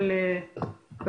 זה